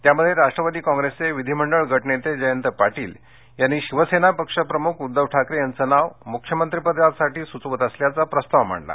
त्यामध्ये राष्ट्रवादी कॉप्रेसचे विधिमंडळ गटनेते जयंत पाटील यांनी शिवसेना पक्षप्रमुख उद्घव ठाकरे यांचं नाव मुख्यमंत्री पदासाठी सुचवीत असल्याचा प्रस्ताव मांडला